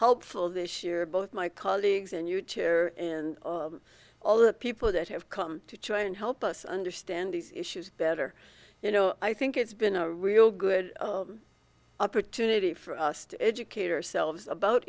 helpful this year both my colleagues and you chair and all the people that have come to try and help us understand these issues better you know i think it's been a real good opportunity for us to educate ourselves about